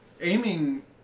Aiming